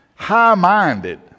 High-minded